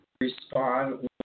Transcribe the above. respond